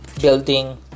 building